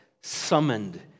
summoned